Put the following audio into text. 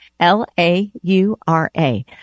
L-A-U-R-A